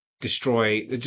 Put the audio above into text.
destroy